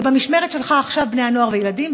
זה במשמרת שלך עכשיו, בני-הנוער והילדים.